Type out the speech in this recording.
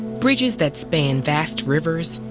bridges that span vast rivers,